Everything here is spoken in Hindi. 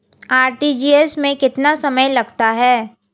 आर.टी.जी.एस में कितना समय लगता है?